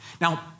Now